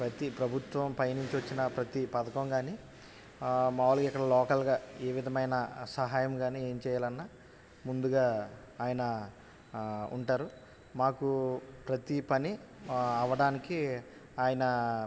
ప్రతి ప్రభుత్వం పై నుంచి వచ్చిన ప్రతీ పథకం కానీ మాములుగా ఇక్కడ లోకల్గా ఏ విధమైన సహాయం కానీ ఏమి చెయ్యాలన్నా ముందుగా ఆయన ఉంటారు మాకు ప్రతీ పని అవ్వడానికి ఆయన